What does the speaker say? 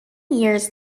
years